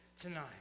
tonight